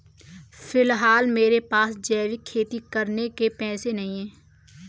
फिलहाल मेरे पास जैविक खेती करने के पैसे नहीं हैं